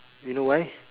you know why